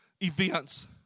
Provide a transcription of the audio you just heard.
events